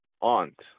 aunt